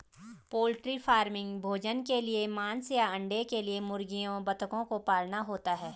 poultry farming भोजन के लिए मांस या अंडे के लिए मुर्गियों बतखों को पालना होता है